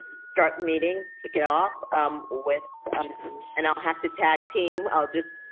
start meeting, kick it off um with and i'll have to tag team. i'll just.